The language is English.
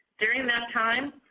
during that time,